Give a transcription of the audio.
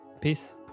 Peace